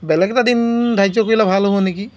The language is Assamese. বেলেগ এটা দিন ধাৰ্য কৰিলে ভাল হ'ব নেকি